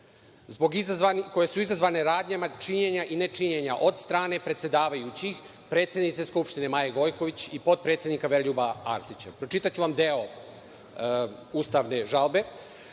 koje su izazvane radnjama činjenja i nečinjenja od strane predsedavajućih, predsednice Skupštine Maje Gojković i potpredsednika Veroljuba Arsića. Pročitaću vam deo ustavne žalbe.